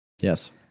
Yes